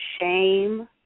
shame